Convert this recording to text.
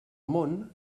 món